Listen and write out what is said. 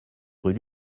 rue